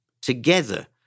together